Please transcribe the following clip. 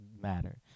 matter